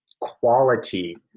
quality